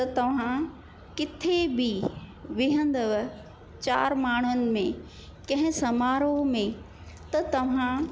त तव्हां किथे बि विहंदव चार माण्हुनि में कंहिं समारोह में त तव्हां